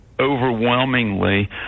overwhelmingly